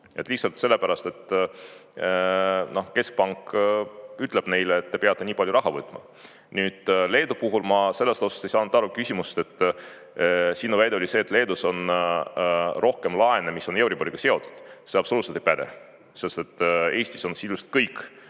lihtsalt sellepärast, et keskpank ütleb neile, et te peate nii palju raha võtma. Nüüd, Leedu puhul ma ei saanud aru küsimust. Sinu väide oli see, et Leedus on rohkem laene, mis on euriboriga seotud. See absoluutselt ei päde, sest Eestis on sisuliselt kõik